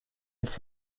its